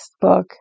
book